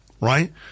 right